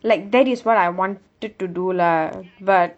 like that is what I wanted to do lah but